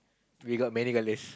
we got many got less